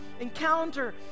encounter